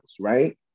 right